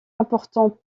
important